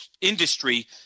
industry